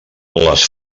les